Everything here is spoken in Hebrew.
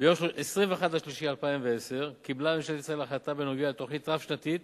ביום 21 במרס 2010 קיבלה ממשלת ישראל החלטה בדבר תוכנית רב-שנתית